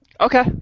Okay